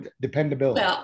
dependability